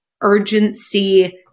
urgency